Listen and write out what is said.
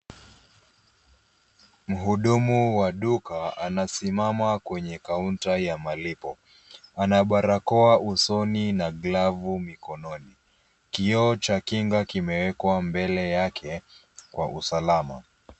Mhudumu wa duka anasimama kwenye kaunta ya malipo. Ana barakoa usoni na glavu mikononi. Kioo cha kinga kimewekwa mbele yake kwa usalama.